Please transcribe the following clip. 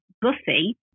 Buffy